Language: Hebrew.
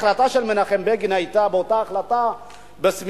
ההחלטה של מנחם בגין היתה,